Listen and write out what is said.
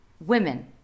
Women